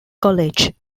college